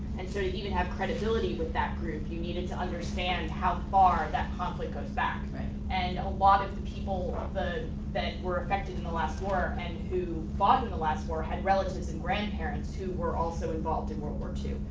and so to even have credibility with that group you needed to understand how far that conflict goes back. and a lot of the people ah that were affected in the last war and who fought in the last war had relatives and grandparents who were also involved in world war two,